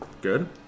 good